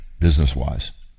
business-wise